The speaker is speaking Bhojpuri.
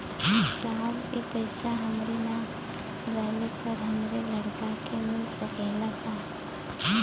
साहब ए पैसा हमरे ना रहले पर हमरे लड़का के मिल सकेला का?